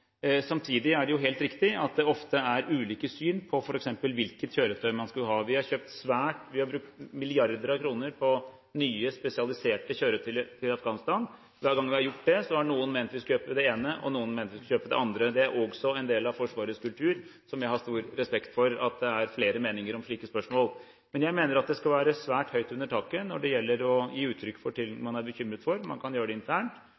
Samtidig er det helt riktig at det ofte er ulike syn på f.eks. hvilket kjøretøy man skal ha. Vi har brukt milliarder av kroner på nye spesialiserte kjøretøy til Afghanistan. Hver gang vi har gjort det, har noen ment vi skulle kjøpe det ene, og noen har ment vi skulle kjøpe det andre. Det er også en del av Forsvarets kultur, og jeg har stor respekt for at det er flere meninger om slike spørsmål. Men jeg mener det skal være svært høyt under taket når det gjelder å gi uttrykk for ting man er bekymret for. Man kan gjøre det internt,